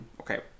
okay